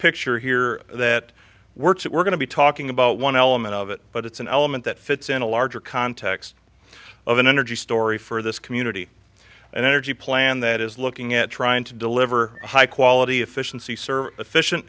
picture here that we're that we're going to be talking about one element of it but it's an element that fits in a larger context of an energy story for this community an energy plan that is looking at trying to deliver high quality efficiency server efficient